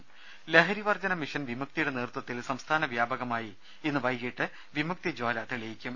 രുമ ലഹരി വർജന മിഷൻ വിമുക്തിയുടെ നേതൃത്വത്തിൽ സംസ്ഥാന വ്യാപകമായി ഇന്ന് വൈകീട്ട് വിമുക്തി ജ്വാല തെളിയിക്കും